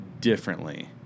differently